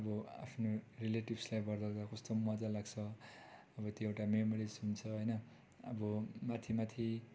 अब आफ्नो रिलेटिभ्सलाई बताउँदा कस्तो मजा लाग्छ अब त्यो एउटा मेमोरिस् हुन्छ होइन अब माथि माथि